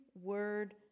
word